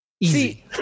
easy